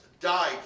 died